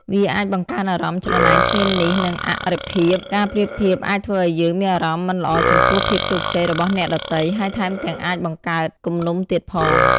វាអាចបង្កើនអារម្មណ៍ច្រណែនឈ្នានីស និងអរិភាព ការប្រៀបធៀបអាចធ្វើឲ្យយើងមានអារម្មណ៍មិនល្អចំពោះភាពជោគជ័យរបស់អ្នកដទៃ ហើយថែមទាំងអាចបង្កើតគំនុំទៀតផង។